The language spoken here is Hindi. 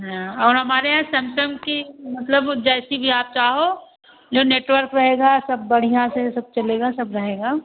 हाँ और हमारे यहाँ सैमसम की मतलब जैसी भी आप चाहो जो नेटवर्क रहेगा सब बढ़ियाँ से सब चलेगा सब रहेगा